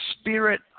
spirit